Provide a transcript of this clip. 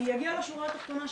אני אגיע לשורה התחתונה,